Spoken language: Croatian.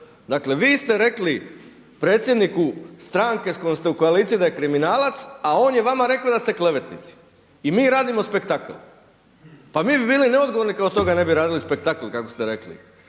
Dakle vi ste rekli predsjedniku stranke s kojom ste u koaliciji da je kriminalac, a on je vama rekao da ste klevetnici. I mi radimo spektakl? Pa mi bi bili neodgovorni kada od toga ne bi radili spektakl kako ste rekli.